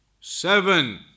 Seven